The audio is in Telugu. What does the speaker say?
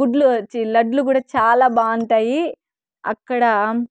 గుడ్లు చి లడ్లు కూడా చాలా బావుంటాయి అక్కడ